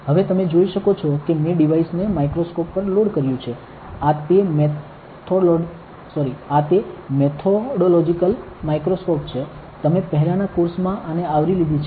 હવે તમે જોઈ શકો છો કે મેં ડિવાઇસને માઇક્રોસ્કોપ પર લોડ કર્યું છે આ તે મેથોડોલોજિકલ માઇક્રોસ્કોપ છે તમે પહેલાના કોર્સ માં આને આવરી લીધી છે